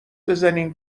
بزنین